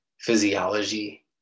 physiology